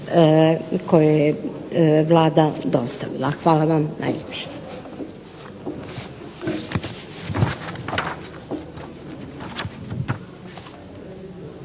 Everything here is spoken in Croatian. koje je Vlada dostavila. Hvala vam najljepša.